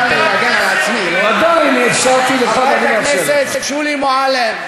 אתם יודעים את זה, חברת הכנסת מועלם.